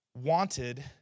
wanted